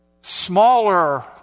smaller